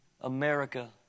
America